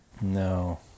No